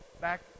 back